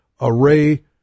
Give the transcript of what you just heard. array